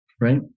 Right